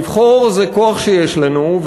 לבחור זה כוח שיש לנו,